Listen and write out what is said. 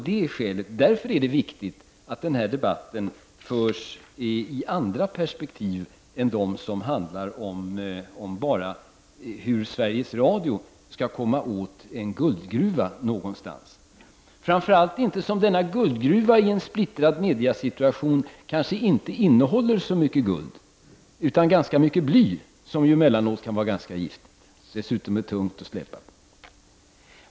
Det är därför viktigt att denna debatt förs i andra perspektiv än bara med tanke på hur Sveriges Radio skall kunna komma åt en guldgruva någonstans. Denna guldgruva innehåller i en splittrad mediesituation kanske inte heller så mycket guld utan i stället ganska mycket bly, som ju är giftigt och dessutom tungt att släpa på.